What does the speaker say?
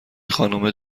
خانومه